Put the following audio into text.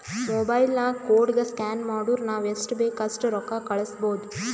mobile ನಾಗ್ ಕೋಡ್ಗ scan ಮಾಡುರ್ ನಾವ್ ಎಸ್ಟ್ ಬೇಕ್ ಅಸ್ಟ್ ರೊಕ್ಕಾ ಕಳುಸ್ಬೋದ್